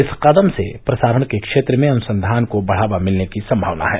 इस कदम से प्रसारण के क्षेत्र में अनुसंधान को बढ़ावा मिलने की संभावना है